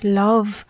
love